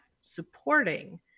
supporting